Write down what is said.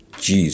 Jesus